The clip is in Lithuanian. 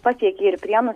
pasiekė ir prienų